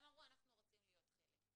הם אמרו אנחנו רוצים להיות חלק.